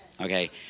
Okay